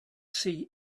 see